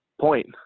point